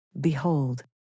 Behold